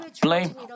blame